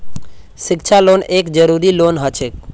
शिक्षा लोन एक जरूरी लोन हछेक